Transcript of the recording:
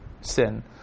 sin